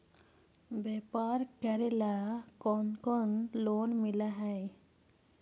व्यापार करेला कौन कौन लोन मिल हइ?